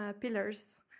pillars